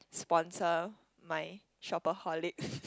sponsor my shopaholic